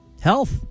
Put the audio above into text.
Health